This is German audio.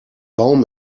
baum